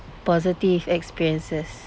positive experiences